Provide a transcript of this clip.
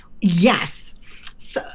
Yes